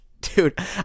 Dude